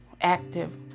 active